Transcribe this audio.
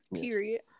Period